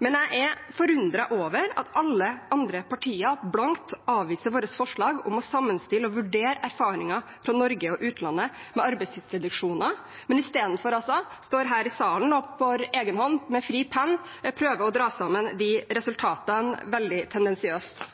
Men jeg er forundret over at alle andre partier blankt avviser vårt forslag om å sammenstille og vurdere erfaringer fra Norge og utlandet med arbeidstidsreduksjoner, og istedenfor står her i salen og for egen hånd med fri penn prøver å dra sammen de resultatene veldig tendensiøst.